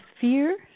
fear